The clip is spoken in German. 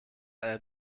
einer